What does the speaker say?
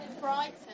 Brighton